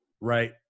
Right